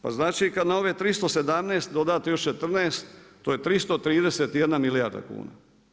Pa znači kada na ove 317 dodate još 14 to je 331 milijarda kuna.